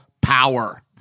power